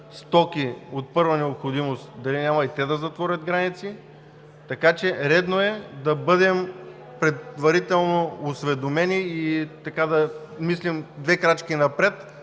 стоки от първа необходимост, няма и те да затворят границите. Така че е редно да бъдем предварително осведомени и да мислим две крачки напред,